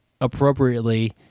appropriately